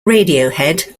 radiohead